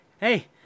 hey